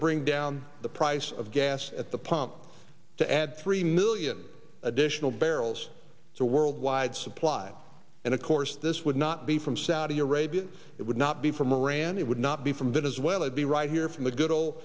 bring down the price of gas at the pump to add three million additional barrels so worldwide supply and of course this would not be from saudi arabia it would not be for moran it would not be from venezuela be right here from the good ol